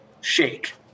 shake